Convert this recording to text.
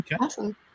Awesome